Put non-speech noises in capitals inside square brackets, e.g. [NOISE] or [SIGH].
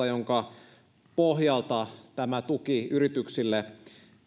[UNINTELLIGIBLE] jonka pohjalta tämä tuki yrityksille